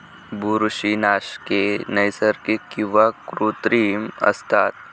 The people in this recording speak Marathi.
बुरशीनाशके नैसर्गिक किंवा कृत्रिम असतात